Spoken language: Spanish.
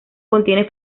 contiene